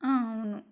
అవును